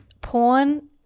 porn